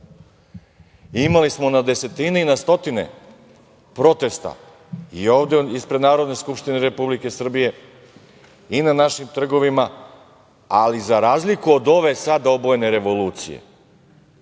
smo na desetine i na stotine protesta, i ovde ispred Narodne skupštine Republike Srbije i na našim trgovima, ali za razliku od ove sad, obojene, revolucije